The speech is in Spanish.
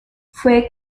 fue